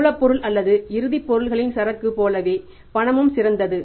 மூலப்பொருள் அல்லது இறுதி பொருட்களின் சரக்கு போலவே பணமும் சிறந்தது